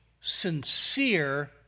sincere